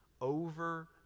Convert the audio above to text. over